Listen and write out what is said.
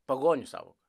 pagonių savoka